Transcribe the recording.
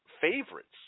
favorites